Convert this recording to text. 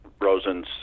Rosen's